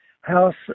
House